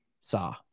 saw